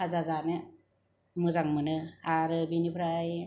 फाजा जानो मोजां मोनो आरो बिनिफ्राय